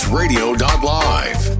radio.live